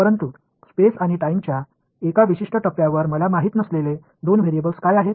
परंतु स्पेस आणि टाइमच्या एका विशिष्ट टप्प्यावर मला माहित नसलेले 2 व्हेरिएबल्स काय आहेत